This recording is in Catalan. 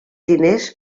diners